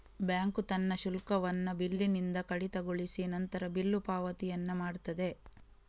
bank ತನ್ನ ಶುಲ್ಕವನ್ನ ಬಿಲ್ಲಿನಿಂದ ಕಡಿತಗೊಳಿಸಿ ನಂತರ ಬಿಲ್ಲು ಪಾವತಿಯನ್ನ ಮಾಡ್ತದೆ